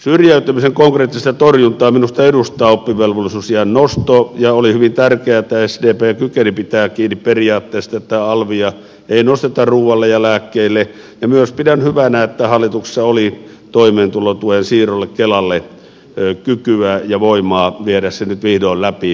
syrjäytymisen konkreettista torjuntaa minusta edustaa oppivelvollisuusiän nosto ja oli hyvin tärkeää että sdp kykeni pitämään kiinni periaatteesta että alvia ei nosteta ruoalle ja lääkkeille ja pidän hyvänä myös sitä että hallituksessa oli kykyä ja voimaa viedä nyt vihdoin läpi toimeentulotuen siirto kelalle